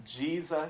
Jesus